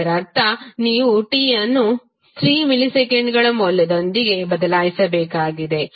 ಇದರರ್ಥ ನೀವು t ಅನ್ನು 3 ಮಿಲಿಸೆಕೆಂಡುಗಳ ಮೌಲ್ಯದೊಂದಿಗೆ ಬದಲಾಯಿಸಬೇಕಾಗಿದೆ